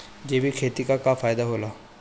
जैविक खेती क का फायदा होला?